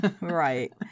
Right